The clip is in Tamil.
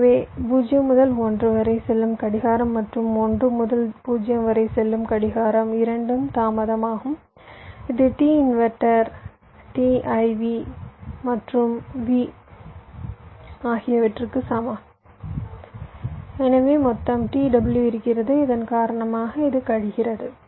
எனவே 0 முதல் 1 வரை செல்லும் கடிகாரம் மற்றும் 1 முதல் 0 வரை செல்லும் கடிகாரம் 2 தாமதமாகும் இது t இன்வெர்ட்டர் t iv மற்றும் v ஆகியவற்றுக்கு சமம் எனவே மொத்தம் t w இருக்குகிறது இதன் காரணமாக இது கழிகிறது